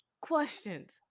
questions